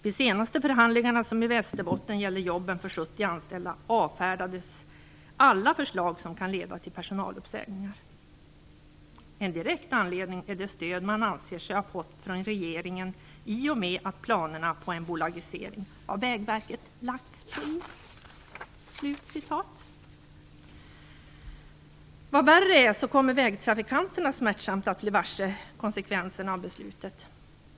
Vid senaste förhandlingarna, som i Västerbotten gäller jobben för 70 anställda, avfärdades alla förslag som kan leda till personaluppsägningar. En direkt anledning är det stöd man anser sig ha fått från regeringen i och med att planerna på en bolagisering av Vägverket lagts på is." Vad värre är så kommer vägtrafikanterna smärtsamt att bli varse konsekvenserna av beslutet.